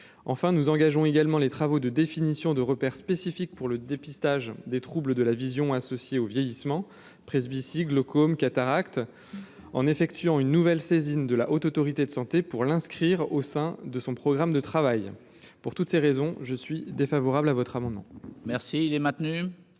enfin nous engageons également les travaux de définition de repères spécifique pour le dépistage des troubles de la vision associées au vieillissement presbytie glaucome, cataracte en effectuant une nouvelle saisine de la Haute autorité de santé pour l'inscrire au sein de son programme de travail pour toutes ces raisons je suis défavorable à votre amendement.